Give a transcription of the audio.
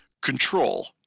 control